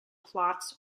plots